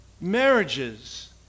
Marriages